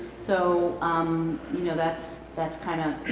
so um you know that's that's kind of